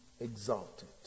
exalted